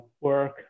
work